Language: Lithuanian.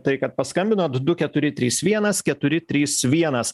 tai kad paskambinot du keturi trys vienas keturi trys vienas